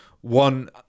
one